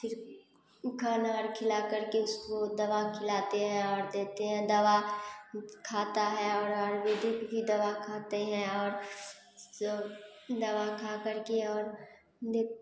फिर खाना अर खिला कर के उसको दवा खिलाते हैं और देते हैं दवा खाता है और आयुर्वेदिक ही दवा खाते हैं और सब दवा खा कर के और देते हैं